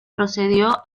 procedió